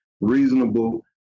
reasonable